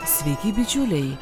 sveiki bičiuliai